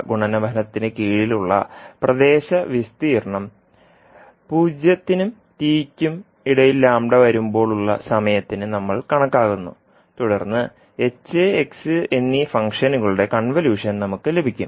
ഗുണനഫലത്തിന് കീഴിലുള്ള പ്രദേശ വിസ്തീർണ്ണം 0 λ t സമയത്തിന് നമ്മൾ കണക്കാക്കുന്നു തുടർന്ന് hx എന്നീ ഫംഗ്ഷനുകളുടെ കൺവല്യൂഷൻ നമുക്ക് ലഭിക്കും